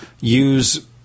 use